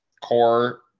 core